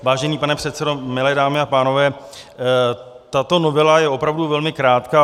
Vážený pane předsedo, milé dámy a pánové, tato novela je opravdu velmi krátká.